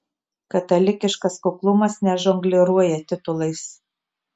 katalikiškas kuklumas nežongliruoja titulais